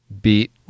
beat